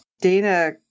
Dana